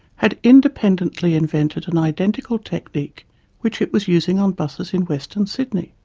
had independently invented an identical technique which it was using on buses in western sydney.